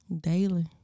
Daily